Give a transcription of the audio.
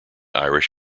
irish